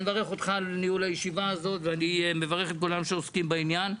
אני מברך אותך על ניהול הישיבה הזאת ואני מברך את כולם שעוסקים בעניין.